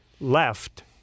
left